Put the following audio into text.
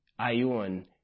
ayun